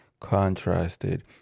contrasted